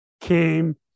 came